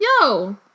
Yo